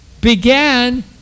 began